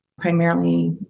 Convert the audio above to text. primarily